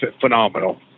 phenomenal